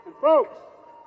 folks